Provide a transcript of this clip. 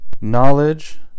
knowledge